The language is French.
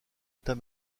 état